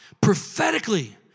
prophetically